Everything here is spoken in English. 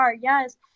Yes